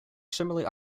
similarly